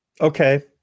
Okay